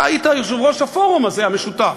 אתה היית יושב-ראש הפורום המשותף.